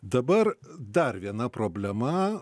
dabar dar viena problema